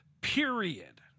period